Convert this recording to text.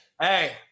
hey